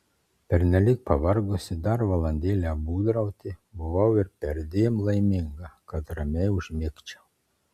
pernelyg pavargusi dar valandėlę būdrauti buvau ir perdėm laiminga kad ramiai užmigčiau